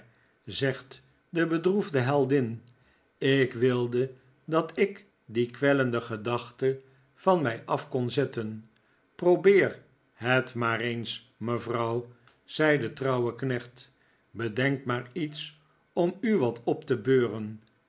zegt de bedroefde heldin ik wilde dat ik die kwellende gedachte van mij af kon zetten probeer het maar eens mevrouw zegt de trouwe knecht bedenk maar iets om u wat op te beuren